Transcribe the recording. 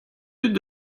dud